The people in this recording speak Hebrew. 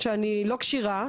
שאני לא כשירה,